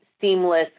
seamless